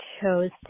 chose